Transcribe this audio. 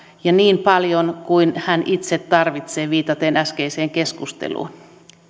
ja niin paljon kuin hän itse tarvitsee viitaten äskeiseen keskusteluun